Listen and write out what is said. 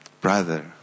Brother